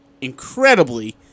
incredibly